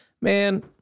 Man